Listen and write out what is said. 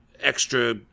extra